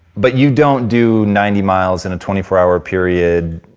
but you don't do ninety miles in a twenty four hour period